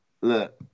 look